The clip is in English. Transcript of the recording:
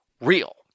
real